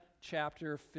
chapter